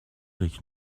avec